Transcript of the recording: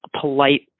polite